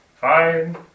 Fine